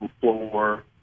floor